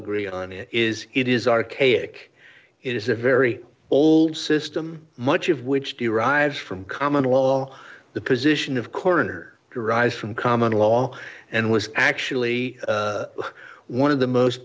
agree on it is it is archaic it is a very old system much of which derives from common law the position of coroner derives from common law and was actually one of the most